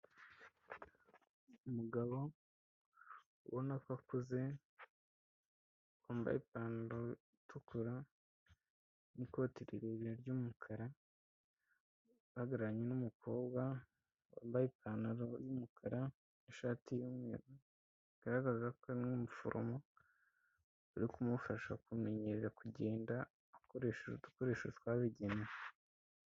Umugabo ubona ko akuze, wambaye ipantaro itukura n'ikoti rirerire ry'umukara, uhagararanye n'umukobwa wambaye ipantaro y'umukara n'ishati y'umweru, bigaragaza ko ari umuforomo uri kumufasha kumenyera kugenda, akoresheje udukoresho twabigenewe.